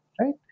right